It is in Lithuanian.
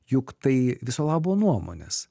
juk tai viso labo nuomonės